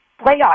playoff